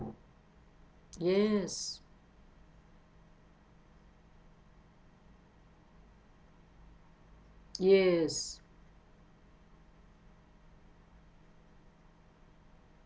yes yes